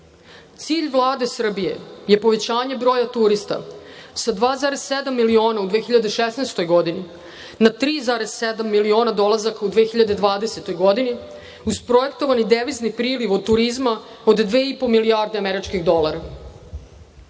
Cilj Vlade Srbije je povećanje broja turista sa 2,7 miliona u 2016. godini, na 3,7 miliona dolazaka u 2020. godini, uz projektovani devizni priliv od turizma od 2,5 milijarde američkih dolara. Posebno